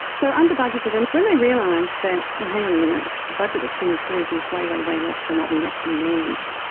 so under-budgeted, and when they realised that, oh, hang on a minute, the budget that's been approved is way, way, way less than what we actually need.